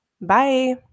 bye